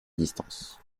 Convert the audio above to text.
distance